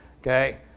Okay